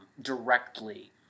directly